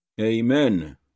Amen